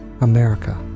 America